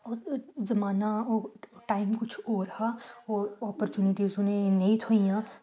ओह् जमाना ओह् टाईम कुछ होर हा ओह् ओपरच्यूनिटीज उ'नेंगी नेईं थ्होइयां